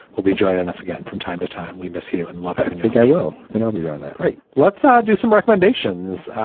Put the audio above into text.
be joining us again from time to time. we miss you and love. i think i will think i'll be doing that right. let's ah do some recommendations.